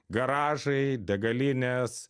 garažai degalinės